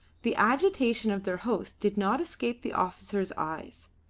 the agitation of their host did not escape the officer's eyes,